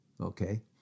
okay